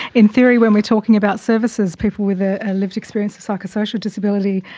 in theory when we're talking about services, people with a lived experience of psychosocial disability,